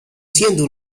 siendo